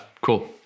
cool